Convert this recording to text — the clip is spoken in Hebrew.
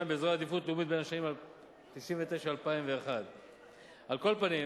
ובאזורי עדיפות לאומית בשנים 1999 2001. על כל פנים,